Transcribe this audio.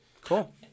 Cool